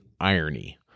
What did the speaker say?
irony